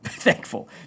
thankful